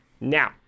Now